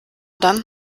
dann